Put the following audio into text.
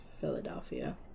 Philadelphia